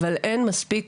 אבל אין מספיק